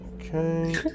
Okay